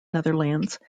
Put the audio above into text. netherlands